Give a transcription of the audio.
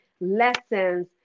lessons